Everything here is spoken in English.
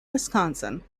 wisconsin